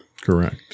Correct